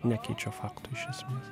nekeičia fakto iš esmės